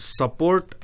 support